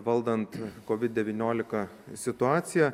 valdant covid devyniolika situaciją